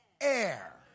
air